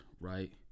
right